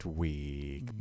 week